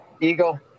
Eagle